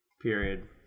period